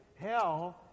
Hell